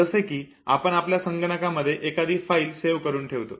जसे की आपण आपल्या या संगणकांमध्ये एखादी फाईल सेव्ह करून ठेवतो